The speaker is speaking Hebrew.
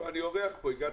אני אורח כאן.